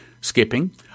Skipping